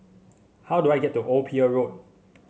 how do I get to Old Pier Road